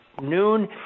noon